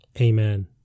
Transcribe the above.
Amen